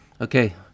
Okay